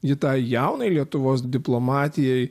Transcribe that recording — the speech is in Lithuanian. ji tai jaunai lietuvos diplomatijai